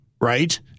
right